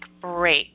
break